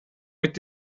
mit